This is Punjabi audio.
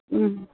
ਹਮ